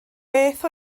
beth